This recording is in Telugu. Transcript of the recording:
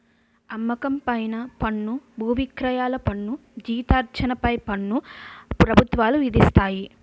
అమ్మకం పైన పన్ను బువిక్రయాల పన్ను జీతార్జన పై పన్ను ప్రభుత్వాలు విధిస్తాయి